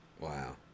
Wow